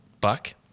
buck